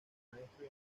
maestro